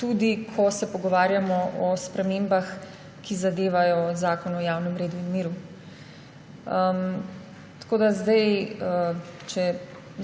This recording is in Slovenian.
tudi, ko se pogovarjamo o spremembah, ki zadevajo zakon o javnem redu in miru. Če omenim še